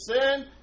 sin